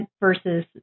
versus